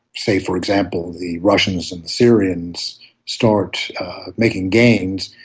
say for example, the russians and syrians start making gains,